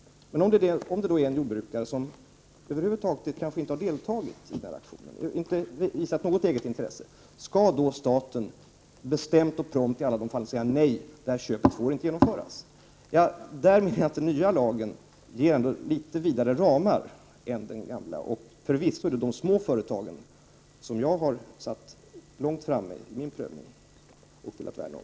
Om det då finns en jordbrukare som över huvud taget kanske inte har deltagit i denna auktion och inte visat något eget intresse, skall staten då bestämt och prompt säga att detta köp inte får genomföras? Den nya lagen ger litet vidare ramar i ett sådant fall än den gamla. Och förvisso är det de små företagen som jag har satt långt fram och velat värna om vid min prövning.